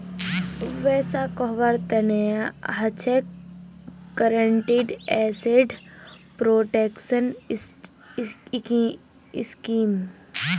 वैसा कहार तना हछेक गारंटीड एसेट प्रोटेक्शन स्कीम